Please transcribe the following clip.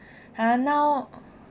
I know